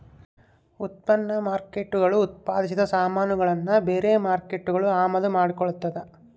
ಉತ್ಪನ್ನ ಮಾರ್ಕೇಟ್ಗುಳು ಉತ್ಪಾದಿಸಿದ ಸಾಮಾನುಗುಳ್ನ ಬೇರೆ ಮಾರ್ಕೇಟ್ಗುಳು ಅಮಾದು ಮಾಡಿಕೊಳ್ತದ